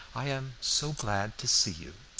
i am so glad to see you.